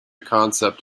concept